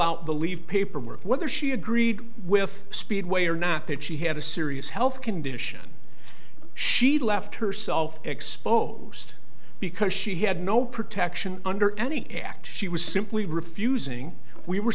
out the leave paperwork whether she agreed with speedway or not that she had a serious health condition she left herself exposed because she had no protection under any act she was simply refusing we were